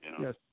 Yes